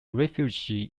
refugee